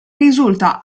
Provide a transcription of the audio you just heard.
risulta